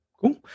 cool